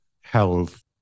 health